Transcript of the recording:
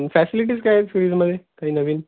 facilities काय आहेत फ्रीजमध्ये काही नवीन